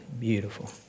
Beautiful